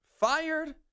fired